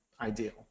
ideal